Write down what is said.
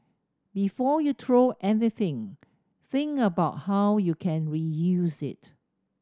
before you throw anything think about how you can reuse it